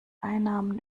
einnahmen